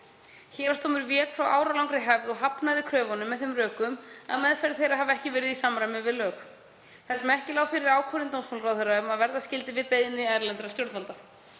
Héraðsdómur vék frá áralangri hefð og hafnaði kröfunum með þeim rökum að meðferðir þeirra hafi ekki verið í samræmi við lög, þar sem ekki lá fyrir ákvörðun dómsmálaráðherra um að verða skyldi við beiðni erlendra stjórnvalda.